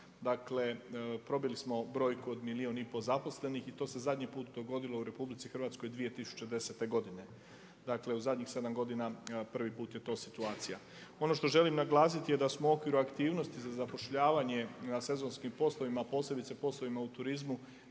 dakle probili smo brojku od milijun i pol zaposlenih i to se zadnji put dogodilo u RH 2010. godine, dakle u zadnjih sedam godina prvi put je to situacija. Ono što želim naglasiti sa smo u okviru aktivnosti za zapošljavanje na sezonskim poslovima, posebice poslovima u turizmu